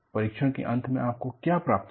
परीक्षण के अंत में आपको क्या प्राप्त हुआ